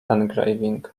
engraving